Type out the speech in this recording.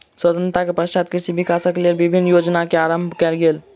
स्वतंत्रता के पश्चात कृषि विकासक लेल विभिन्न योजना के आरम्भ कयल गेल